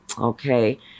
Okay